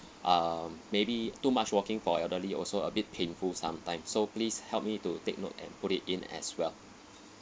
uh maybe too much walking for elderly also a bit painful sometimes so please help me to take note and put it in as well